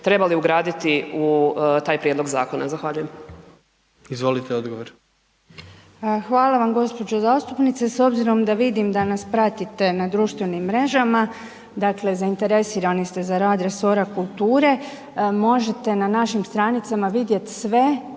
trebali ugraditi u taj prijedlog zakona? Zahvaljujem. **Jandroković, Gordan (HDZ)** Izvolite, odgovor. **Obuljen Koržinek, Nina** Hvala gospođo zastupnice. S obzirom da vidim da nas pratite na društvenim mrežama, dakle zainteresirani ste za rad resora kulture, možete na našim stranicama vidjet sve